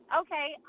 Okay